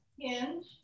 Hinge